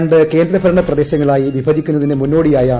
രണ്ട് കേന്ദ്രഭരണ പ്രദേശങ്ങളായി വിഭജിക്കുന്നതിന് മുന്നോടിയായാണ് നടപടി